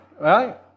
right